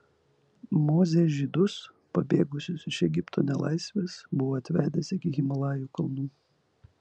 mozė žydus pabėgusius iš egipto nelaisvės buvo atvedęs iki himalajų kalnų